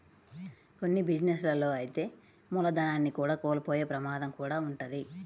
కొన్ని బిజినెస్ లలో అయితే మూలధనాన్ని కూడా కోల్పోయే ప్రమాదం కూడా వుంటది